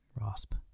Rasp